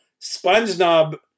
Spongebob